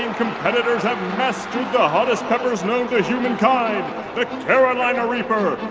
and competitors have mastered the hottest peppers known to humankind the carolina reaper,